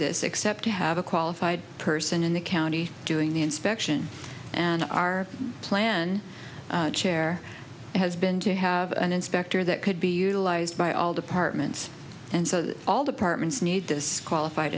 this except to have a qualified person in the county doing the inspection and our plan chair has been to have an inspector that could be utilized by all departments and so that all departments need this qualified